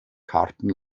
karten